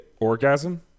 orgasm